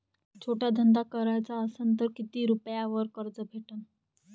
छोटा धंदा कराचा असन तर किती रुप्यावर कर्ज भेटन?